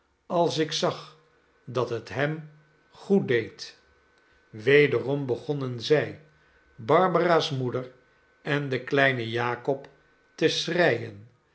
als ik zag dat het hem goed deed wederom begonnen zij barbara's moeder en de kleine jakob te schreien